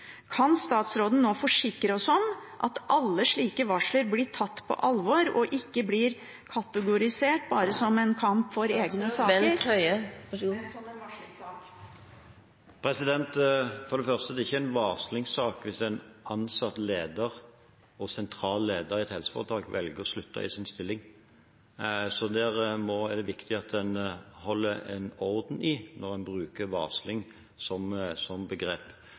Kan statsråden nå forsikre oss om at alle slike varsler blir tatt på alvor og ikke blir kategorisert bare som en kamp for egne saker, men som en varslingssak? For det første er det ikke en varslingssak hvis en ansatt og sentral leder i et helseforetak velger å slutte i sin stilling. Det er det viktig at en holder orden i når en bruker varsling som begrep.